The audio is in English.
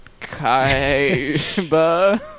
Kaiba